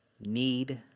need